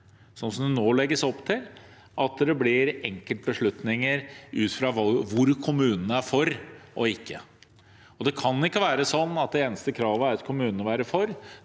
nå legges opp til, ender opp med enkeltbeslutninger ut fra hvor kommunene er for. Det kan ikke være sånn at det eneste kravet er at kommunen må være